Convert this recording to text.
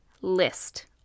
list